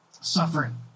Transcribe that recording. suffering